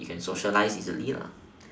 you can socialize easily